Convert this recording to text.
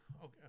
okay